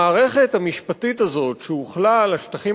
המערכת המשפטית הזאת שהוחלה על השטחים